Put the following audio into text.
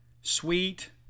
sweet